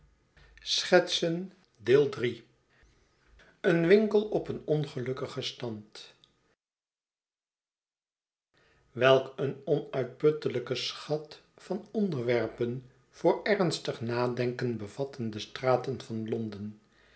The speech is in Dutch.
een winkel op een ongelukkigen stand welk een onuitputtelijken schat van onderwerpen voor ernstig nadenken bevatten de straten van london